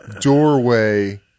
doorway